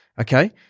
okay